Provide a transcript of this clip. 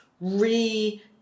re